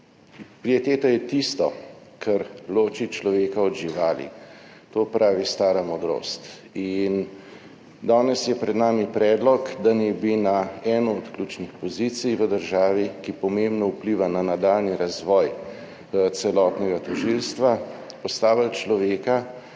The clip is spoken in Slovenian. Pieteta je tisto, kar loči človeka od živali, to pravi stara modrost. In danes je pred nami predlog, da naj bi na eno od ključnih pozicij v državi, ki pomembno vpliva na nadaljnji razvoj celotnega tožilstva, postavili človeka,